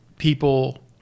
People